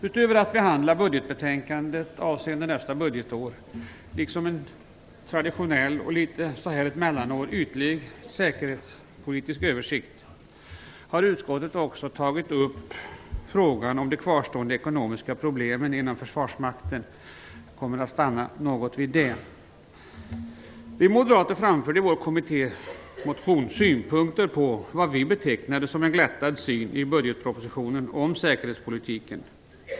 Utöver att behandla budgetbetänkandet avseende nästa budgetår med en under ett mellanår något ytlig säkerhetspolitisk översikt har utskottet också tagit upp frågan om de kvarstående ekonomiska problemen inom försvarsmakten. Jag kommer att stanna något vid det. Vi moderater framförde i vår kommittémotion synpunkter på vad vi betecknade som en glättad syn i budgetpropositionen om säkerhetspolitiken.